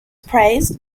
praised